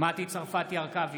מטי צרפתי הרכבי,